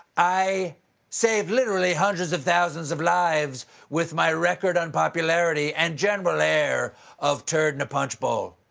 i saved literally hundreds of thousands of lives with my record unpopularity and general air of turd in a punch bowl.